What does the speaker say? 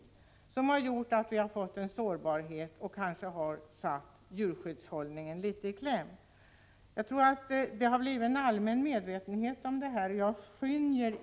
Är det inte detta som gjort att vi har fått en sårbarhet och kanske satt djurhållningen litet i kläm? Jag tror att man allmänt har blivit medveten om detta.